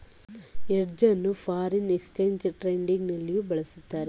hedge ಅನ್ನು foreign exchange trading ನಲ್ಲಿಯೂ ಬಳಸುತ್ತಾರೆ